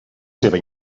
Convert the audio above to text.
seva